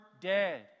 dead